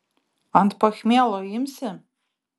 ant pachmielo imsi